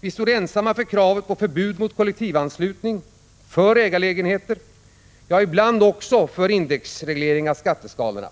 Vi stod ensamma för kravet på förbud mot kollektivanslutning, för ägarlägenheter, ibland också för indexreglering av skatteskalorna.